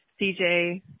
CJ